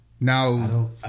Now